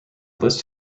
list